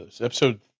episode